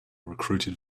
recruited